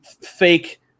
fake